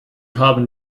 haben